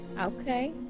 Okay